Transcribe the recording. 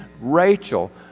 Rachel